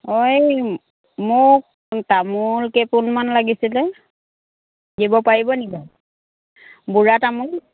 অ' এই মোক তামোল কেইপোণমাণ লাগিছিল দিব পাৰিব নেকি বুঢ়া তামোল